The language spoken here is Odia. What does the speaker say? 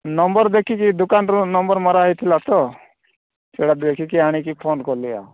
ନମ୍ବର ଦେଖିଲି ଦୋକାନର ନମ୍ବର ମରାହେଇଥିଲା ତ ସେଇଟା ଦେଖିକି ଆଣିକି ଫୋନ କଲି